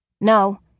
No